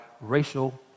racial